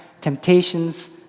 temptations